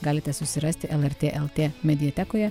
galite susirasti lrt lt mediatekoje